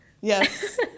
yes